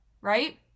Right